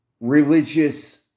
religious